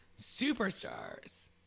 superstars